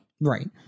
Right